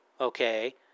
Okay